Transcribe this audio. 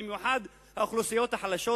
במיוחד האוכלוסיות החלשות,